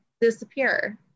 disappear